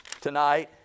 tonight